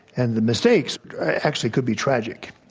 and the mistakes are actually could be tragic